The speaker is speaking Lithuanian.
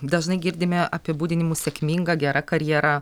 dažnai girdime apibūdinimus sėkminga gera karjera